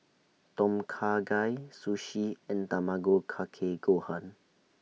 Tom Kha Gai Sushi and Tamago Kake Gohan